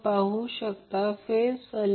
635A असेल